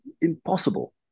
impossible